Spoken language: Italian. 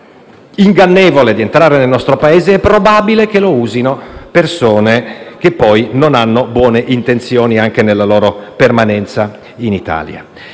ingannevole di entrare nel nostro Paese è probabile che lo usino persone che poi non hanno buone intenzioni anche nella loro permanenza in Italia.